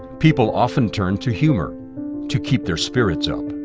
people often turned to humor to keep their spirits up.